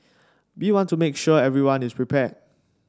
we want to make sure everyone is prepared